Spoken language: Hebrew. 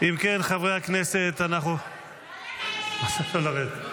אם כן, חברי הכנסת, אנחנו --- לא לרדת.